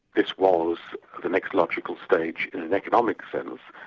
this was the next logical stage in an economic sense,